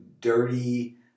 dirty